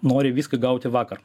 nori viską gauti vakar